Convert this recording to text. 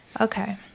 Okay